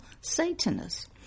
satanists